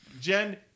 Jen